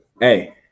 hey